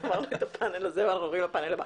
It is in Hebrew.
סיימנו את הפאנל הזה ואנחנו עוברים לפאנל הבא.